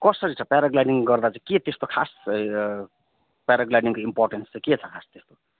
कसरी छ प्याराग्लाइडिङ गर्दा चाहिँ के त्यस्तो खास प्याराग्लाइडिङको इम्पोर्टेन्स चाहिँ के छ खास त्यस्तो